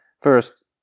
first